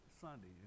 Sunday